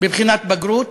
בבחינת בגרות.